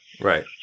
Right